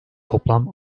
toplam